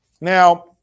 Now